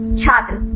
छात्र ई को